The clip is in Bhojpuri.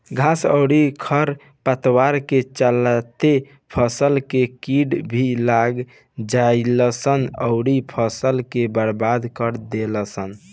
घास अउरी खर पतवार के चलते फसल में कीड़ा भी लाग जालसन अउरी फसल के बर्बाद कर देलसन